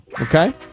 Okay